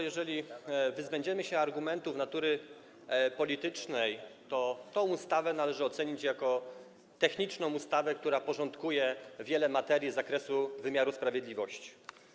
Jeżeli wyzbędziemy się argumentów natury politycznej, to tę ustawę należy określić jako ustawę techniczną, która porządkuje wiele materii z zakresu wymiaru sprawiedliwości.